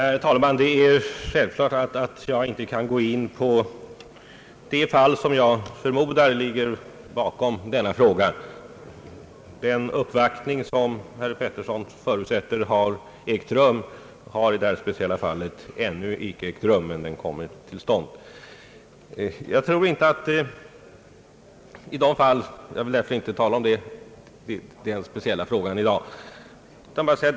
Herr talman! Det är självklart att jag inte kan gå in på de fall som jag förmodar ligger bakom denna fråga. Den uppvaktning som herr Harald Pettersson förutsätter skulle ha skett om detta speciella fall har ännu inte ägt rum, men den kommer väl till stånd. Jag vill inte tala om den frågan i dag.